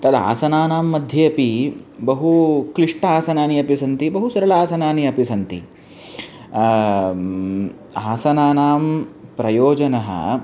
तद् आसनानां मध्येपि बहु क्लिष्ट आसनानि अपि सन्ति बहु सरल आसनानि अपि सन्ति आसनानां प्रयोजनम्